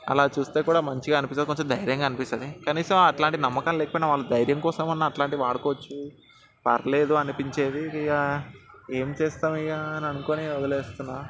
అలా చూస్తే కూడా మంచిగా అనిపిస్తుంది కొంచెం ధైర్యంగా అనిపిస్తుంది కనీసం అలాంటి నమ్మకం లేకపోయినా వాళ్ళు ధైర్యం కోసం వాళ్ళు అలాంటివి వాడుకోవచ్చు పర్లేదు అనిపించేది ఇక ఏం చేస్తాం ఇక అని అనుకొని వదిలేస్తున్నాను